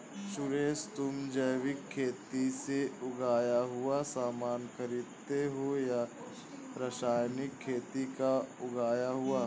सुरेश, तुम जैविक खेती से उगाया हुआ सामान खरीदते हो या रासायनिक खेती का उगाया हुआ?